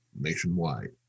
nationwide